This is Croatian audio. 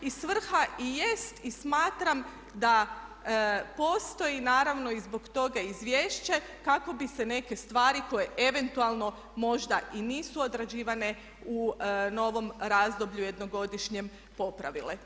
I svrha i jest i smatram da postoji naravno i zbog toga izvješće kako bi se neke stvari koje eventualno možda i nisu odrađivane u novom razdoblju jednogodišnjem popravile.